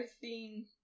theme